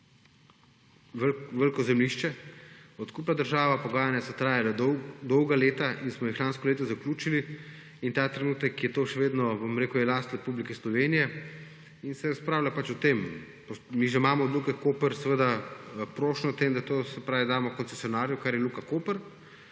veliko zemljišče je odkupila država. Pogajanja so trajala dolga leta in smo jih lansko leto zaključili. Ta trenutek je to še vedno last Republike Slovenije in se razpravlja pač o tem – mi že imamo od Luke Koper seveda prošnjo o tem, da to damo koncesionarju, kar je Luka Koper,